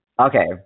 Okay